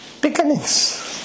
beginnings